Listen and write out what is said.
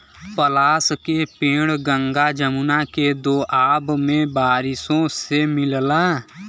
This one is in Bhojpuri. पलाश के पेड़ गंगा जमुना के दोआब में बारिशों से मिलला